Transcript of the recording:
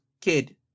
kid